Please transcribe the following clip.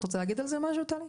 את רוצה להגיד על זה משהו טלי?